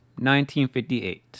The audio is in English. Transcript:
1958